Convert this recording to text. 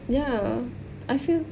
ya I feel